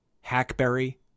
hackberry